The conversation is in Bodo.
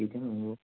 बेथ' नंगौ